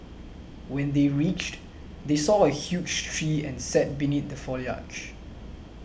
when they reached they saw a huge tree and sat beneath the foliage